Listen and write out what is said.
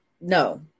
no